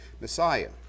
Messiah